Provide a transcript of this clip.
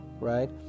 Right